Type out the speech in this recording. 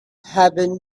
happen